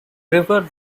river